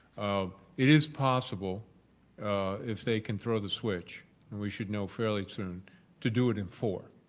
it is possible if they can throw the switch and we should know fairly soon to do it in four,